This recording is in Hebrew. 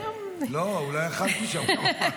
לא, אולי אכלתי שם כמה פעמים.